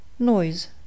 Noise